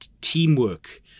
teamwork